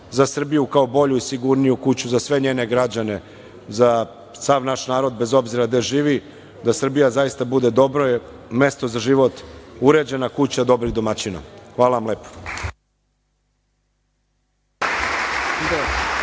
za Srbiju kao bolju i sigurniju kuću za sve njene građane, za sav naš narod bez obzira gde živi, da Srbija zaista bude dobro mesto za život, uređena kuća dobrih domaćina. Hvala vam lepo.